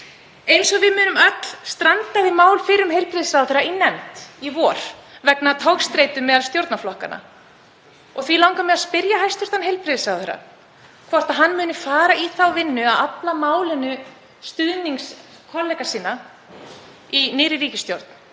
Eins og við munum öll strandaði mál fyrrverandi heilbrigðisráðherra í nefnd í vor vegna togstreitu meðal stjórnarflokkanna. Því langar mig að spyrja hæstv. heilbrigðisráðherra hvort hann muni fara í þá vinnu að afla málinu stuðnings kollega sinna í nýrri ríkisstjórn